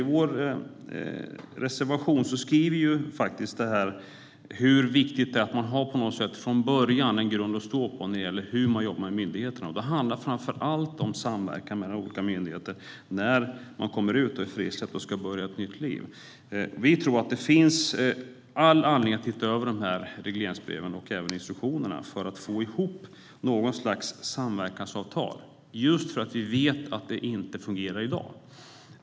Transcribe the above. I vår reservation skriver vi hur viktigt det är att man från början har en grund att stå på när det gäller hur man jobbar med myndigheterna. Det handlar framför allt om samverkan mellan olika myndigheterna när de intagna kommer ut, är frisläppta och ska börja ett nytt liv. Vi tror att det finns all anledning att titta över regleringsbreven och även instruktionerna för att få ihop något slags samverkansavtal just för att vi vet att det inte fungerar i dag.